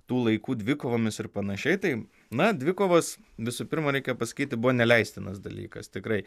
tų laikų dvikovomis ir panašiai tai na dvikovos visų pirma reikia pasakyti buvo neleistinas dalykas tikrai